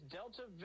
Delta